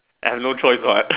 I have no choice what